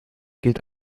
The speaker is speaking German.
gilt